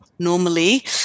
Normally